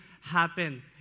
happen